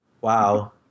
Wow